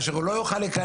אם הוא לא יוכל להיכנס,